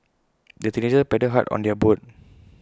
the teenagers paddled hard on their boat